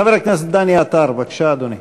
חבר הכנסת דני עטר, בבקשה, אדוני.